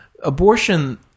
Abortion